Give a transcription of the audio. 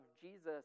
Jesus